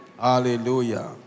Hallelujah